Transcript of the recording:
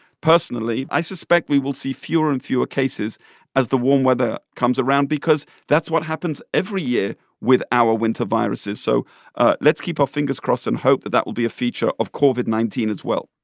personally, i suspect we will see fewer and fewer cases as the warm weather comes around because that's what happens every year with our winter viruses. so let's keep our fingers crossed and hope that that will be a feature of covid nineteen as well.